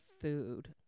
food